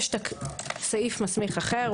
יש סעיף מסמיך אחר,